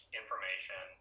information